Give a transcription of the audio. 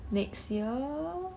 next year